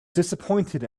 disappointed